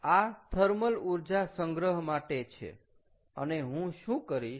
આ થર્મલ ઊર્જા સંગ્રહ માટે છે અને હું શું કરીશ